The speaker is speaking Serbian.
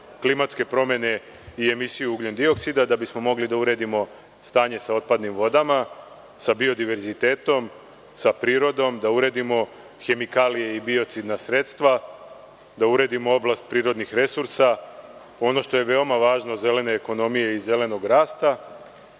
klimatske promene i emisiju ugljendioksida, da bismo mogli da uredimo stanje sa otpadnim vodama, sa biodiverzitetom, sa prirodom, da uredimo hemikalije i biocidna sredstva, da uredimo oblast prirodnih resursa, ono što je veoma važno zelene ekonomije i zelenog rasta,